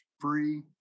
free